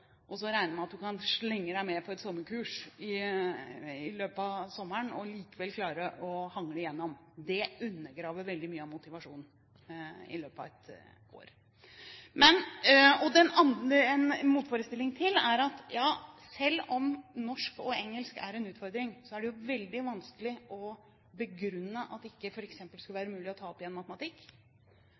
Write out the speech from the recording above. på et kurs i løpet av sommeren og likevel klare å hangle gjennom. Det undergraver veldig mye av motivasjonen i løpet av et år. En motforestilling til er at selv om norsk og engelsk er en utfordring, er det veldig vanskelig å begrunne at det f.eks. ikke skal være mulig å ta opp igjen matematikk,